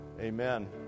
Amen